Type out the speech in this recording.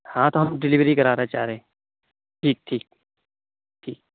ہاں تو ہم ڈیلیوری کرانا چاہ رہے ہیں ٹھیک ٹھیک ٹھیک